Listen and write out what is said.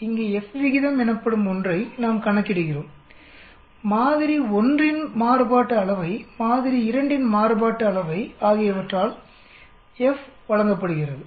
இங்கே F விகிதம் எனப்படும் ஒன்றை நாம் கணக்கிடுகிறோம் மாதிரி 1 இன் மாறுபாட்டு அளவை மாதிரி 2 இன் மாறுபாட்டு அளவை ஆகியவற்றால் F வழங்கப்படுகிறது